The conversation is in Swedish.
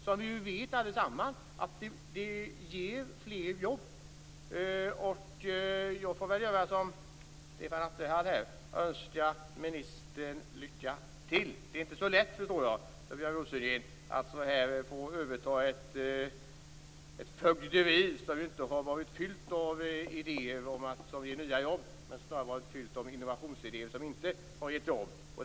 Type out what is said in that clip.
Alla vet vi ju att det ger fler jobb. Jag får väl göra som Stefan Attefall här gjorde och önska ministern lycka till. Det är inte så lätt förstår jag för Björn Rosengren att få överta ett fögderi som inte varit fullt av idéer om sådant som ger nya jobb. Mest har det väl varit fullt av innovationsidéer som inte har gett några jobb.